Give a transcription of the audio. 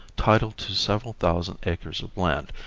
title to several thousand acres of land,